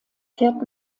kehrt